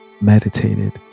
meditated